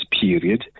period